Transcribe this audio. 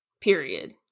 Period